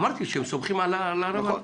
אמרתי שהם סומכים --- נכון.